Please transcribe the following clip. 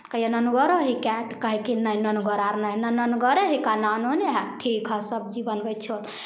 कहियै नुनगर हइ कए तऽ कहै कि नहि नुनगर आर नहि हइ ने नुनगरे हइ ने अनूने हइ ठीक हइ सब्जी बनबै छह